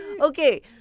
Okay